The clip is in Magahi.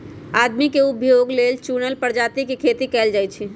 आदमी के उपभोग लेल चुनल परजाती के खेती कएल जाई छई